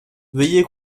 veuillez